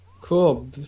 Cool